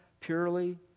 purely